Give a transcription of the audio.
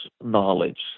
knowledge